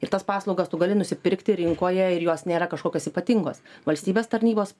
ir tas paslaugas tu gali nusipirkti rinkoje ir jos nėra kažkokios ypatingos valstybės tarnybos